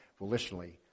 volitionally